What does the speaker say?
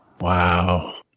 Wow